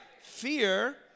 Fear